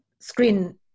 screen